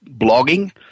blogging